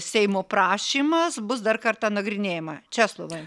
seimo prašymas bus dar kartą nagrinėjama česlovai